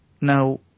now